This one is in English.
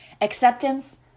Acceptance